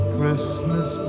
Christmas